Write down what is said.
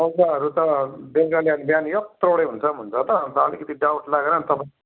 लौकाहरू त बेलुकी ल्याए बिहान यत्रो बडे हुन्छ भन्छ त अन्त अलिकति डाउट लागेर नि तपाईँलाई